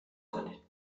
کنید